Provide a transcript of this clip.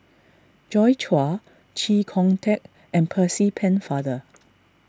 Joi Chua Chee Kong Tet and Percy Pennefather